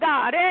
God